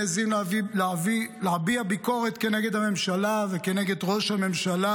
מעיזים להביע ביקורת כנגד הממשלה וכנגד ראש הממשלה,